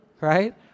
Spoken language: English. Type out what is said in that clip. Right